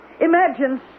Imagine